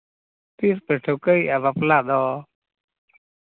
ᱛᱤᱥ ᱯᱮ ᱴᱷᱟᱹᱣᱠᱟᱹᱭᱮᱫᱼᱟ ᱵᱟᱯᱞᱟ ᱫᱚ